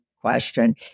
question